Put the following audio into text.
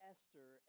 Esther